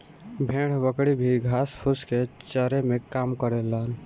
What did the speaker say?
भेड़ बकरी भी घास फूस के चरे में काम करेलन